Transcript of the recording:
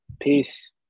Peace